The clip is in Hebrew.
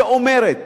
שאומרת